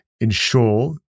ensure